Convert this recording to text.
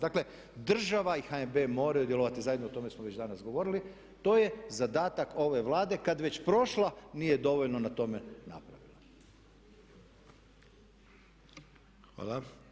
Dakle država i HNB moraju djelovati zajedno o tome smo već danas govorili, to je zadatak ove Vlade kada već prošla nije dovoljno na tome napravila.